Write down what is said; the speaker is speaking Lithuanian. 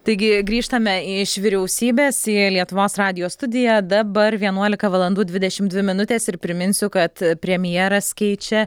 taigi grįžtame iš vyriausybės į lietuvos radijo studiją dabar vienuolika valandų dvidešimt dvi minutės ir priminsiu kad premjeras keičia